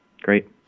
Great